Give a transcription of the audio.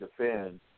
defend